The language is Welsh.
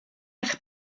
eich